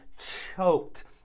choked